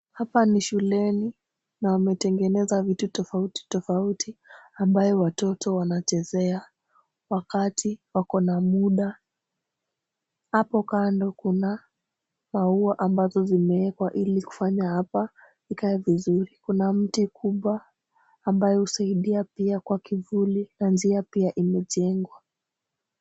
Hapa ni shuleni na wametengeneza vitu tofauti tofauti ambayo watoto wanachezea wakati wako na muda. Hapo kando kuna maua ambazo zimeekwa ili kufanya hapa ikae vizuri. Kuna mti kubwa ambayo husaidia pia kwa kivuli na njia pia imejengwa.